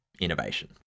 innovation